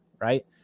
Right